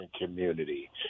community